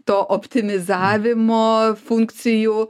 to optimizavimo funkcijų